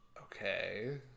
okay